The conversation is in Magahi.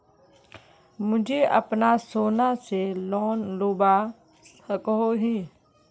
मुई अपना सोना से लोन लुबा सकोहो ही?